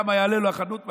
כמה תעלה לו חנות המכולת?